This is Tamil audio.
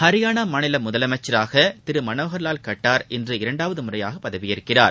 ஹரியானா மாநில முதலமைச்சராக திரு மனோகா லால் கட்டார் இன்று இரண்டாவது முறையாக பதவியேற்கிறார்